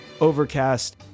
Overcast